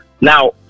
Now